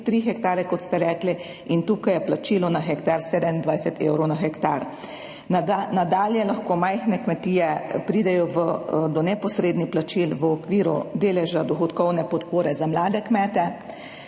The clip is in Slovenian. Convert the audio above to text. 3 hektarje, kot ste rekli, in tukaj je plačilo na hektar 27 evrov na hektar. Nadalje lahko majhne kmetije pridejo do neposrednih plačil v okviru deleža dohodkovne podpore za mlade kmete,